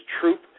Troop